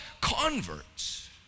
converts